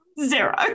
Zero